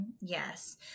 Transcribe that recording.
Yes